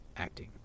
acting